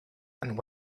and